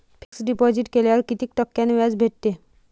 Fix deposit केल्यावर कितीक टक्क्यान व्याज भेटते?